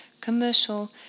commercial